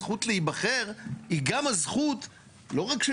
הזכות להיבחר היא גם הזכות לא רק של